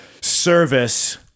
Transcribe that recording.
service